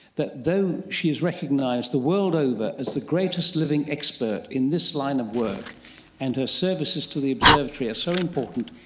that though she is recognised the world over as the greatest living expert in this line of work and her services to the observatory are so important,